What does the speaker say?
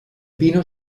pino